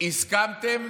הסכמתם